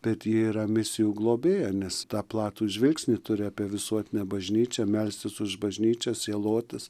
bet ji yra misijų globėja nes tą platų žvilgsnį turi apie visuotinę bažnyčią melstis už bažnyčią sielotis